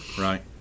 Right